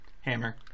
Hammer